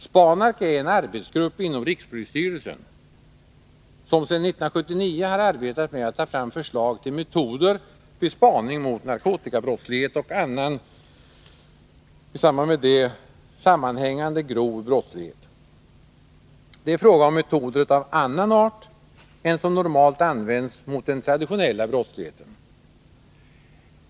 Spanark är en arbetsgrupp inom rikspolisstyrelsen som sedan 1979 har arbetat med att ta fram förslag till metoder vid spaning mot narkotikabrottslighet och annan därmed sammanhängande grov brottslighet. Det är fråga om metoder av annan art än som normalt används mot den traditionella brottsligheten.